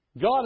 God